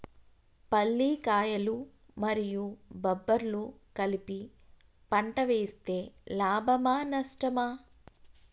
పల్లికాయలు మరియు బబ్బర్లు కలిపి పంట వేస్తే లాభమా? నష్టమా?